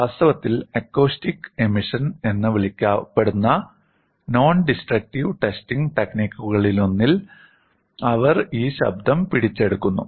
വാസ്തവത്തിൽ acoustic emission എന്ന് വിളിക്കപ്പെടുന്ന നോൺഡിസ്ട്രക്റ്റീവ് ടെസ്റ്റിംഗ് ടെക്നിക്കുകളിലൊന്നിൽ അവർ ഈ ശബ്ദം പിടിച്ചെടുക്കുന്നു